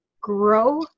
grow